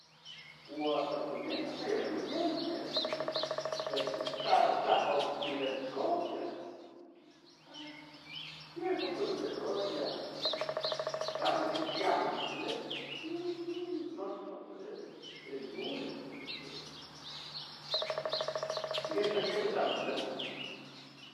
uan tutunia ira, non quiemah ira, qitequi san ohcon quiche uili chicauac ira, ya cah tiempo pero de royah, quie amo nioquitos amo popolivi inon, inon nochi popolivi, pero yulic nochi popolivi m, mientros neco tlamo se mone.